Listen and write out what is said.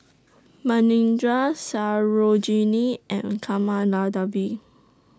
Manindra Sarojini and Kamaladevi